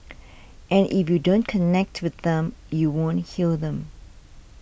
and if you don't connect with them you won't heal them